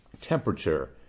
temperature